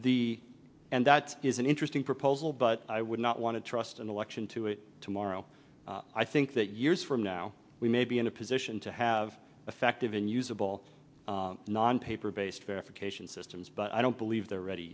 the and that is an interesting proposal but i would not want to trust an election to it tomorrow i think that years from now we may be in a position to have effective and usable non paper based verification systems but i don't believe they're ready